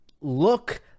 look